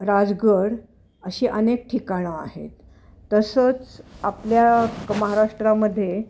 राजगड अशी अनेक ठिकाणं आहेत तसंच आपल्या महाराष्ट्रामध्ये